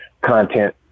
content